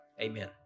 Amen